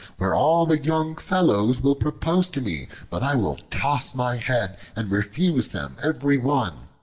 where all the young fellows will propose to me, but i will toss my head and refuse them every one.